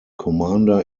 commander